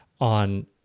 on